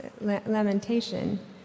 lamentation